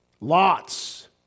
Lot's